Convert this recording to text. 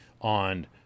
on